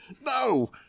No